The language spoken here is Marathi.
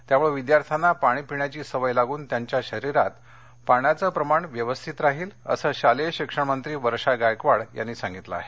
त्यामुळे विद्यार्थ्यांना पाणी पिण्याची सवय लागूनत्यांच्या शरीरात पाण्याचे प्रमाण व्यवस्थित राहिल असं शालेय शिक्षणमंत्री वर्षागायकवाड यांनी सांगितलं आहे